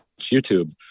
YouTube